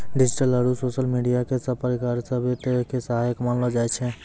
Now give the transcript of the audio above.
digital आरू social media क सब प्रकार स वित्त के सहायक मानलो जाय छै